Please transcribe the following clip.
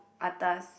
atas